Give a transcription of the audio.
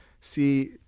see